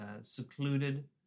secluded